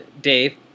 dave